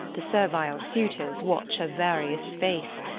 the servile suitors watch her various face,